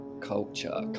culture